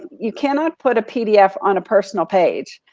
you cannot put a pdf on a personal page,